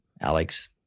Alex